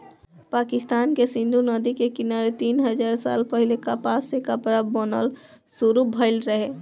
पाकिस्तान के सिंधु नदी के किनारे तीन हजार साल पहिले कपास से कपड़ा बनल शुरू भइल रहे